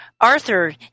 Arthur